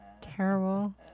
Terrible